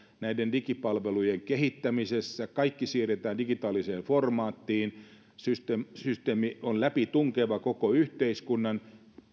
näiden digipalvelujen kehittämisessä kaikki siirretään digitaaliseen formaattiin systeemi systeemi on läpitunkeva koko yhteiskunnan